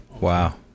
Wow